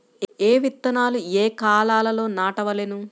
ఏ విత్తనాలు ఏ కాలాలలో నాటవలెను?